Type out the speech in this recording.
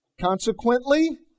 Consequently